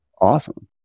Awesome